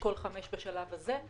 לאשכול 5 בשלב הזה?